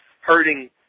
hurting